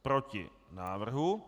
Proti návrhu.